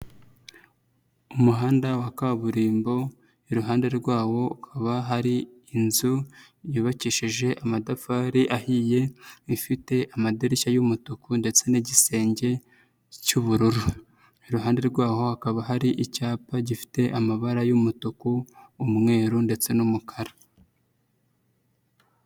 Umuhanda wa kaburimbo, iruhande rwawo ukaba hari inzu yubakishije amatafari ahiye, ifite amadirishya y'umutuku ndetse n'igisenge cy'ubururu. Iruhande rwaho hakaba hari icyapa gifite amabara y'umutuku, umweru ndetse n'umukara.